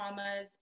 traumas